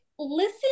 listen